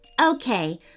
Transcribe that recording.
Okay